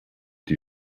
die